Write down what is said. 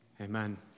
amen